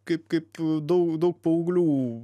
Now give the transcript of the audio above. kaip kaip daug daug paauglių